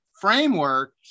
framework